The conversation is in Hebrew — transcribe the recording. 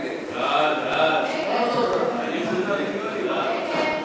ההצעה שלא לכלול את הנושא בסדר-היום